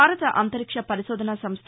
భారత అంతరిక్ష పరిశోధన సంస్ట